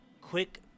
quick